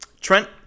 trent